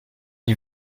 nie